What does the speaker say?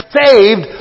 saved